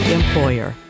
employer